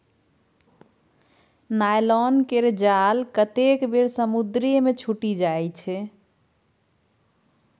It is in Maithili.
नायलॉन केर जाल कतेक बेर समुद्रे मे छुटि जाइ छै